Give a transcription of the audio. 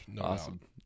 Awesome